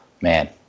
man